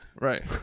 right